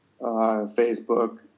Facebook